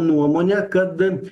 nuomonę kad